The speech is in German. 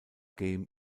game